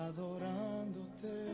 Adorándote